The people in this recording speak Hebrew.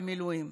במילואים,